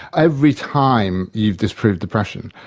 every time, you disprove depression.